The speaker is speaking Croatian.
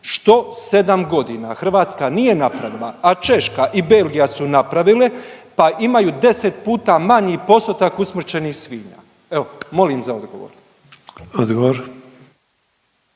što sedam godina Hrvatska nije napravila, a Češka i Belgija su napravile pa imaju deset puta manji postotak usmrćenih svinja. Evo molim za odgovor.